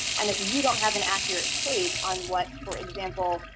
and if you don't have an accurate take on what, for example,